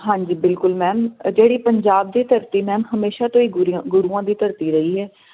ਹਾਂਜੀ ਬਿਲਕੁਲ ਮੈਮ ਜਿਹੜੀ ਪੰਜਾਬ ਦੀ ਧਰਤੀ ਮੈਮ ਹਮੇਸ਼ਾ ਤੋਂ ਹੀ ਗੁਰੂਆਂ ਦੀ ਧਰਤੀ ਰਹੀ ਹੈ